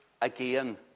again